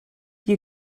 you